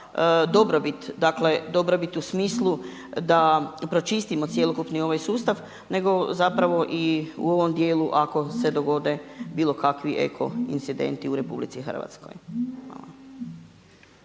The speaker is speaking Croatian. dobrobit, dakle dobrobit u smislu da pročistimo cjelokupni ovaj sustav, nego zapravo i u ovom dijelu ako se dogode bilo kakvi eko incidenti u Republici Hrvatskoj.